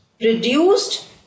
reduced